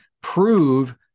prove